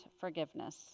forgiveness